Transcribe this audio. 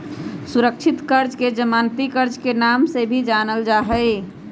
सुरक्षित कर्ज के जमानती कर्ज के नाम से भी जानल जाहई